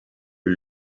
are